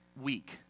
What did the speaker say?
week